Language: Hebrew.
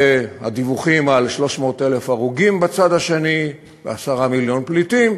והדיווחים על 300,000 הרוגים בצד השני ו-10 מיליון פליטים,